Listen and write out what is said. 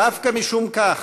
דווקא משום כך,